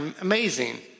Amazing